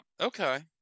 okay